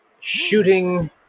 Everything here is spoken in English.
shooting